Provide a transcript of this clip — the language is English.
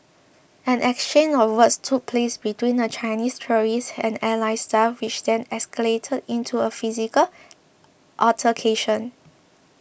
an exchange of words took place between the Chinese tourists and airline staff which then escalated into a physical altercation